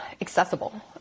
accessible